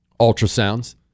Ultrasounds